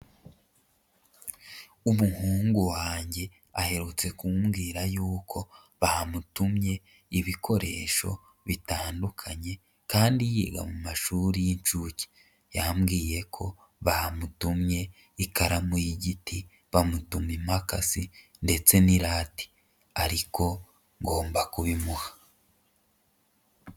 Umuhungu wanjye aherutse kumbwira yuko bamutumye ibikoresho bitandukanye kandi yiga mu mashuri y'inshuke, yambwiye ko bamutumye ikaramu y'igiti, bamutuma imakasi ndetse n'irate, ariko ngomba kubimuha.